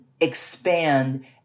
expand